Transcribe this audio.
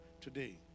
today